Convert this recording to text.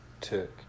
took